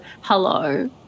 hello